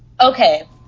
okay